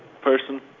person